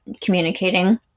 communicating